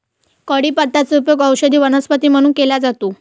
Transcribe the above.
कढीपत्त्याचा उपयोग औषधी वनस्पती म्हणून केला जातो